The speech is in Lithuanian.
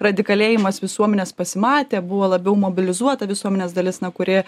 radikalėjimas visuomenės pasimatė buvo labiau mobilizuota visuomenės dalis na kuri